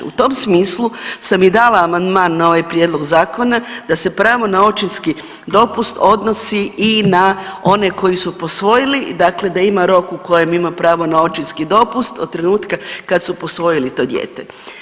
U tom smislu sam i dala amandman na ovaj Prijedlog zakona da se pravo na očinski dopust odnosi i na one koji su posvojili, dakle da ima rok u kojem ima pravo na očinski dopust od trenutka kad su posvojili to dijete.